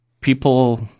people